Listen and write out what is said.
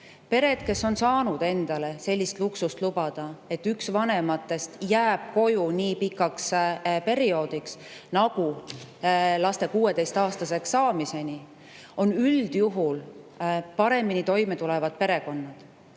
Perekonnad, kes on saanud endale sellist luksust lubada, et üks vanematest jääb koju nii pikaks perioodiks nagu laste 16-aastaseks saamiseni, tulevad üldjuhul paremini toime. Minu käest on